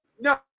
no